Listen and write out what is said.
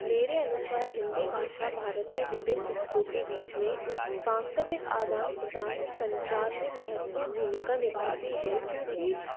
मेरे अनुसार हिन्दी भाषा भारत के विभिन्न हिस्सों के बीच मे सांस्कृतिक आदान प्रदान और संचार में महत्वपूर्ण भूमिका निभाती है क्योंकि